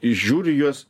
į žiūriu į juos